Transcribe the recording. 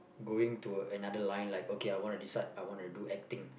going to another line like okay I wana decide I wana do acting